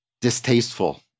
distasteful